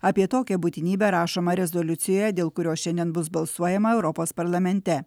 apie tokią būtinybę rašoma rezoliucijoje dėl kurios šiandien bus balsuojama europos parlamente